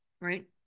right